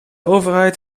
overheid